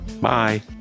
Bye